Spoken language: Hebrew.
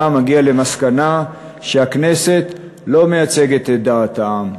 מגיע למסקנה שהכנסת לא מייצגת את העם.